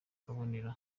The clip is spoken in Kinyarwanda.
kabonero